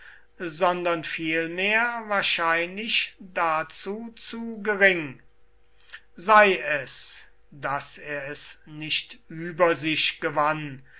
sondern vielmehr wahrscheinlich dazu zu gering sei es daß er es nicht über sich gewann